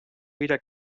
wieder